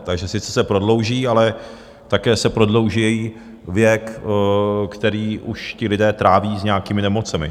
Takže sice se prodlouží, ale také se prodlouží jejich věk, který už ti lidé tráví s nějakými nemocemi.